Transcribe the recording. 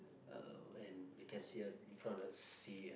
uh and you can see ah in front of the sea